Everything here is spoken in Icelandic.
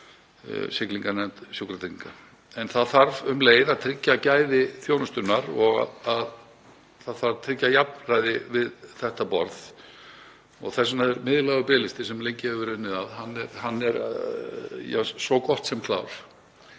siglinganefnd Sjúkratrygginga. En það þarf um leið að tryggja gæði þjónustunnar og það þarf að tryggja jafnræði við þetta borð. Þess vegna er miðlægur biðlisti, sem lengi hefur verið unnið að, svo gott sem klár